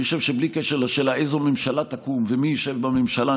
בלי קשר לשאלה איזו ממשלה תקום ומי ישב בממשלה,